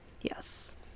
yes